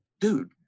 dude